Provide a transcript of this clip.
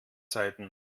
zeiten